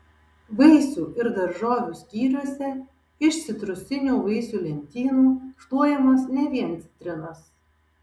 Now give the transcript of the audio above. vaisių ir daržovių skyriuose iš citrusinių vaisių lentynų šluojamos ne vien citrinos